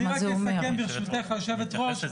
אני רק אסכם, ברשותך היו"ר.